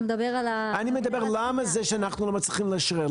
אתה מדבר על --- אני מדבר על למה אנחנו לא מצליחים לאשרר,